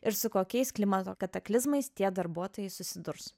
ir su kokiais klimato kataklizmais tie darbuotojai susidurs